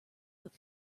but